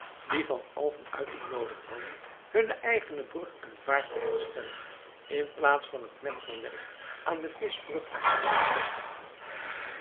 die van alfen uitgenoodigd hadden hunne eigene brug en vaart te herstellen inplaats van het metselwerk aan de vischbrug te helpen bekostigen